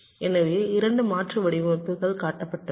எனவே 2 மாற்று வடிவமைப்புகள் காட்டப்பட்டுள்ளன